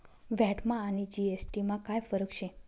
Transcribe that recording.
व्हॅटमा आणि जी.एस.टी मा काय फरक शे?